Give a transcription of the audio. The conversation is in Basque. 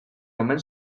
omen